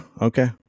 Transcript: Okay